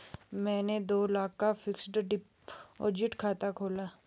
मैंने दो लाख का फ़िक्स्ड डिपॉज़िट खाता खोला